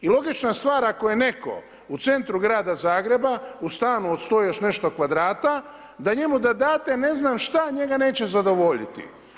I logična stvar, ako je netko u centru grada Zagreba, u stanu od 100 i još nešto kvadrata, da njemu da date ne znam šta, njega neće zadovoljiti.